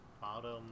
bottom